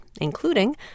including